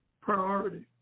priority